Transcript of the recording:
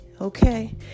Okay